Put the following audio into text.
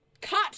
cut